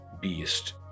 beast